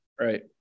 Right